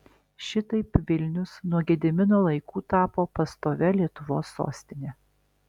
šitaip vilnius nuo gedimino laikų tapo pastovia lietuvos sostine